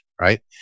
right